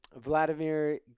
Vladimir